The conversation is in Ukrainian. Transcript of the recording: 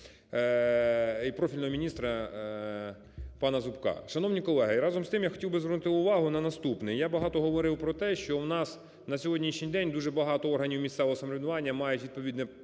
і профільного міністра пана Зубка. Шановні колеги, разом з тим, я хотів би звернути увагу на наступне. Я багато говорив про те, що у нас на сьогоднішній день дуже багато органів місцевого самоврядування мають відповідне